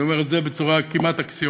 אני אומר את זה בצורה כמעט אקסיומטית.